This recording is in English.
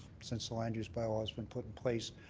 since the land use bylaw has been put in place.